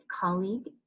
colleague